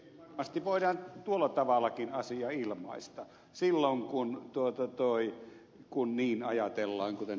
varmasti voidaan tuolla tavallakin asia ilmaista silloin kun niin ajatellaan kuten ed